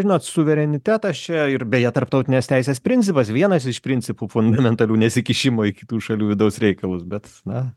žinot suverenitetas čia ir beje tarptautinės teisės principas vienas iš principų fundamentalių nesikišimo į kitų šalių vidaus reikalus bet na